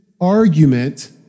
argument